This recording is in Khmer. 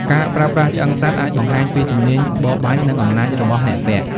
ការប្រើប្រាស់ឆ្អឹងសត្វអាចបង្ហាញពីជំនាញបរបាញ់ និងអំណាចរបស់អ្នកពាក់។